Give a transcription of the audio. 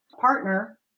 partner